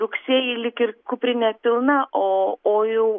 rugsėjį lyg ir kuprinė pilna o o jau